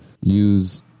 use